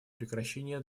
прекращение